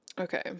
okay